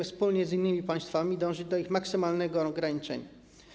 Wspólnie z innymi państwami będziemy dążyć do ich maksymalnego ograniczenia.